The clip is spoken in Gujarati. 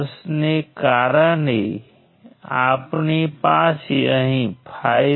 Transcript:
તેથી આપણે આ નીચે મૂકી દીધું હતું અમારી પાસે ચાર નોડ્સ અને આઠ બ્રાન્ચીઝ હતી